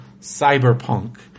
Cyberpunk